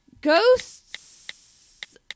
Ghosts